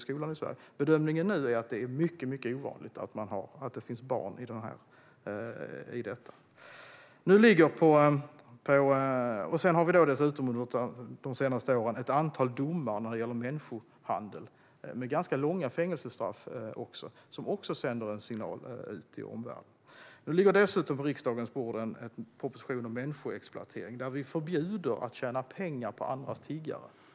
Men bedömningen nu är att det är mycket ovanligt att det finns barn som är i en sådan situation. De senaste åren har vi dessutom sett ett antal domar när det gäller människohandel som har lett till ganska långa fängelsestraff. Det sänder också en signal till omvärlden. Nu ligger dessutom på riksdagens bord en proposition om människoexploatering. Vi vill förbjuda att det ska gå att tjäna pengar på andras tiggande.